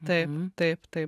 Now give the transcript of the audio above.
taip taip taip